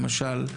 למשל,